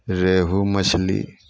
रेहु मछली